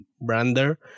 brander